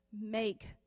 make